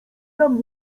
nam